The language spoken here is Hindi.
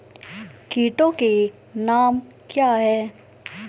कीटों के नाम क्या हैं?